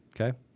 okay